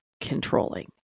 controlling